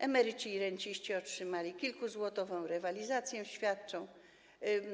Emeryci i renciści otrzymali kilkuzłotową rewaloryzację świadczeń.